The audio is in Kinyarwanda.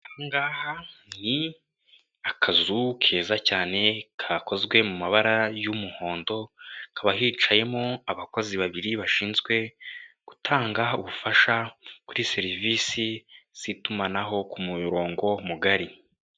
Aha ngaha ni akazu keza cyane kakozwe mu mabara y'umuhondo, hakaba hicayemo abakozi babiri bashinzwe gutanga ubufasha kuri serivisi z'itumanaho ku murongo mugari.